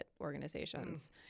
organizations